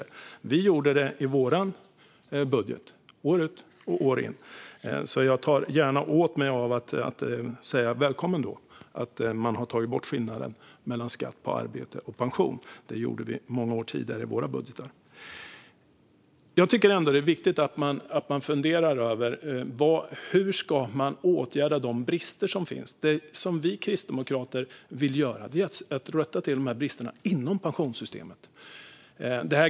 Det gjorde vi i vår budget år ut och år in. Jag åtar mig alltså gärna att säga: Välkommen, när det gäller att ha tagit bort skillnaden mellan skatt på arbete och pension! Det gjorde vi många år tidigare i våra budgetar. Jag tycker att det är viktigt att fundera över hur man ska åtgärda de brister som finns. Vi kristdemokrater vill rätta till bristerna inom pensionssystemet.